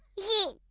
he